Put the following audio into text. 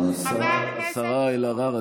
השרה אלהרר,